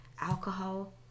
alcohol